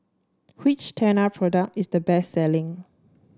which Tena product is the best selling